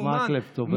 חבר הכנסת מקלב, תודה.